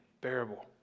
bearable